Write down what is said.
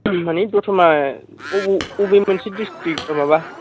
मानि दतमा अबे मोनसे दिस्थ्रिक्ट ए माबा